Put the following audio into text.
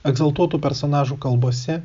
egzaltuotų personažų kalbose